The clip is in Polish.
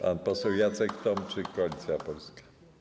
Pan poseł Jacek Tomczak, Koalicja Polska.